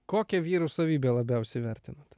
kokią vyrų savybė labiausiai vertinate